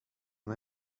and